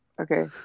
Okay